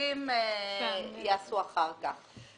הניסוחיים ייעשו אחר כך.